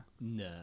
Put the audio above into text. No